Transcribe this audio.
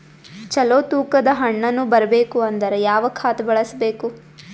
ಚಲೋ ತೂಕ ದ ಹಣ್ಣನ್ನು ಬರಬೇಕು ಅಂದರ ಯಾವ ಖಾತಾ ಬಳಸಬೇಕು?